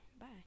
bye